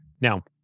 Now